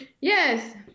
Yes